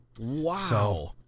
Wow